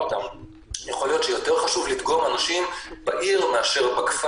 יכול להיות שיותר חשוב לדגום אנשים בעיר מאשר בכפר.